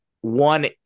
one